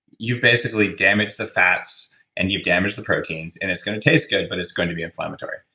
you've basically damaged the fats and you've damaged the proteins, and it's going to taste good but it's going to be inflammatory.